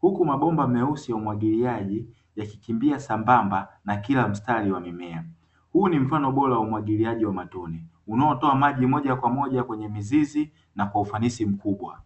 huku mabomba meusi ya umwagiliaji yakikimbia sambamba na kila mstari wa mimea, huu ni mfano bora wa umwagiliaji wa matone unaotoa maji moja kwa moja kwenye mizizi na kwa ufanisi mkubwa.